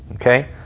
Okay